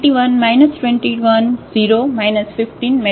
તે પછી આપણે શું કરવાની જરૂર છે